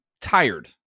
tired